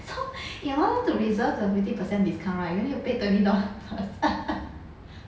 so in order to reserve the fifty percent discount right you need to pay twenty dollar first